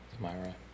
Myra